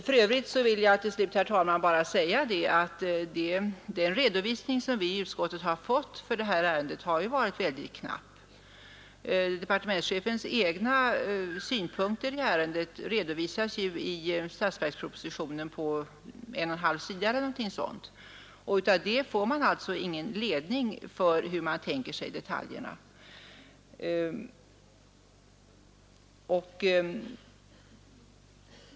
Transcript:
För övrigt vill jag till sist, herr talman, bara säga att den redovisning vi i utskottet har fått av det här ärendet har varit mycket knapp. Departementschefens egna synpunkter i ärendet redovisas i statsverkspropositionen på ungefär en och en halv sida. Det ger ingen ledning när det gäller att bilda sig en uppfattning om hur man tänker sig detaljerna.